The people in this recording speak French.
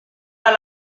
pas